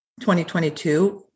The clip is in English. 2022